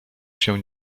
się